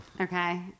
Okay